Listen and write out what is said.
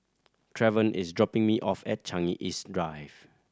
Trevon is dropping me off at Changi East Drive